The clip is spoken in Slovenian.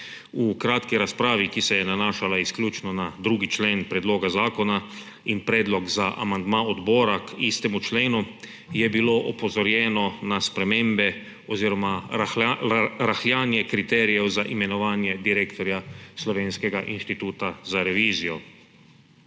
V kratki razpravi, ki se je nanašala izključno na 2. člen predloga zakona in predlog za amandma odbora k istemu členu, je bilo opozorjeno na spremembe oziroma rahljanje kriterijev za imenovanje direktorja Slovenskega inštituta za revizijo.